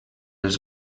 els